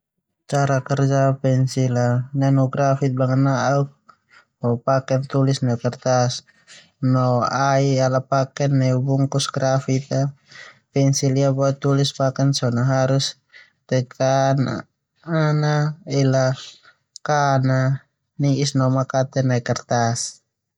Cara kerja pensil a nanu grafit bangna'uk ho bisa pake tulis neu kertas, ni ai ala paken neu bungkus grafit. Pensil ia boe rulis paken so na harus ne'en fa ho ela kaan a nanu ni'is do makate nai kertas.